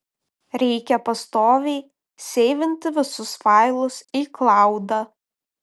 reikia pastoviai seivinti visus failus į klaudą